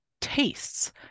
tastes